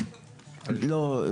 לא.